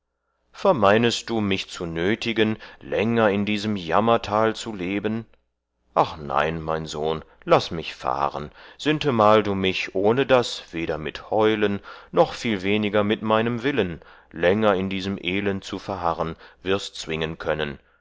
vermeinest du mich zu nötigen länger in diesem jammertal zu leben ach nein mein sohn laß mich fahren sintemal du mich ohne das weder mit heulen noch viel weniger mit meinem willen länger in diesem elend zu verharren wirst zwingen können